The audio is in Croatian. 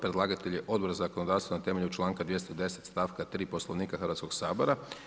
Predlagatelj je Odbor za zakonodavstvo na temelju članka 210. stavka 3. Poslovnika Hrvatskog sabora.